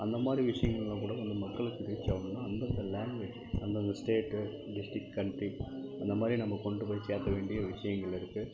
அந்தமாதிரி விஷயங்கள்லாம் கூட நம்ம மக்களுக்கு ரீச் ஆகும்னால் அந்தந்த லாங்குவேஜ் அந்தந்த ஸ்டேட்டு டிஸ்ட்ரிக் கண்ட்ரி அந்தமாதிரி நம்ம கொண்டு போய் சேர்க்க வேண்டிய விஷயங்கள் இருக்குது